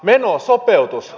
menosopeutus